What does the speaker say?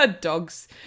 Dogs